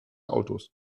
autos